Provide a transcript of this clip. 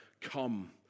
Come